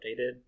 updated